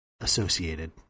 associated